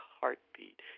heartbeat